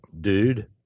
dude